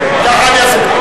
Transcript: רותם,